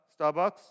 Starbucks